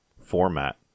format